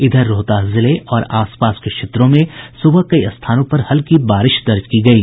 इधर रोहतास जिले और आस पास के क्षेत्रों में सुबह कई स्थानों पर हल्की बारिश दर्ज की गयी